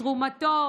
תרומתו,